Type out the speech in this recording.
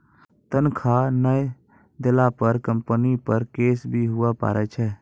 तनख्वाह नय देला पर कम्पनी पर केस भी हुआ पारै छै